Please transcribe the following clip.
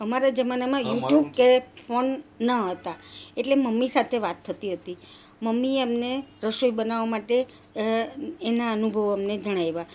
અમારા જમાનામાં યુટ્યુબ કે ફોન ન હતા એટલે મમ્મી સાથે વાત થતી હતી મમ્મી અમને રસોઈ બનાવવા માટે એના અનુભવો અમને જણાવ્યા